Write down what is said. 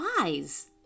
eyes